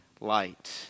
light